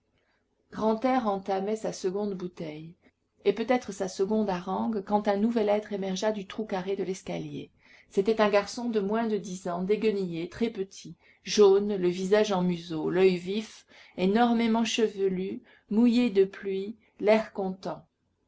grantaire entamait sa seconde bouteille et peut-être sa seconde harangue quand un nouvel être émergea du trou carré de l'escalier c'était un garçon de moins de dix ans déguenillé très petit jaune le visage en museau l'oeil vif énormément chevelu mouillé de pluie l'air content